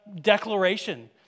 declaration